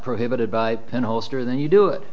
prohibited by penn hoster then you do it